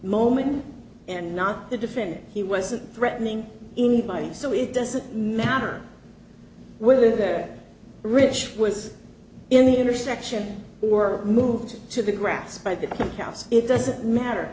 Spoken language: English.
moment and not the defendant he wasn't threatening anybody so it doesn't matter whether they're rich was in the intersection or moved to the grass by the house it doesn't matter